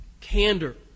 candor